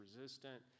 resistant